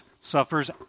Suffers